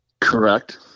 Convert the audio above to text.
correct